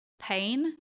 pain